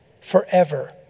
forever